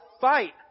fight